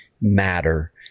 matter